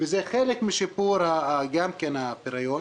וזה חלק משיפור הפריון.